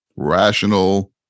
Rational